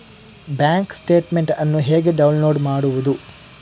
Bank statement ಅನ್ನು ಹೇಗೆ download ಮಾಡುವುದು?